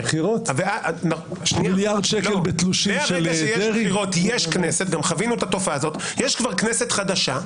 בחירות, יש כבר כנסת חדשה,